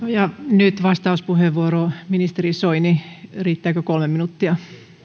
nyt vastauspuheenvuoro ministeri soini riittääkö kolme minuuttia